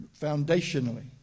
foundationally